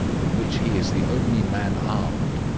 in which he is the only man armed.